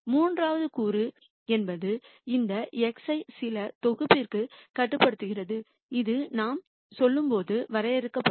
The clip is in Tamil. மூன்றாவது கூறு என்பது இந்த X ஐ சில தொகுப்பிற்கு கட்டுப்படுத்துகிறது இது நாம் செல்லும்போது வரையறுக்கப்படும்